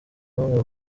bamwe